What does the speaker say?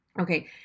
Okay